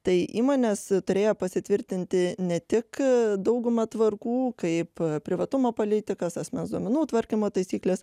tai įmonės turėjo pasitvirtinti ne tik daugumą tvarkų kaip privatumo politikas asmens duomenų tvarkymo taisykles